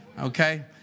Okay